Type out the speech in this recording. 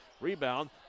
rebound